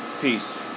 Peace